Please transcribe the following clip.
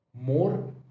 more